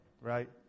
right